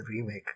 remake